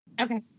Okay